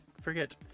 forget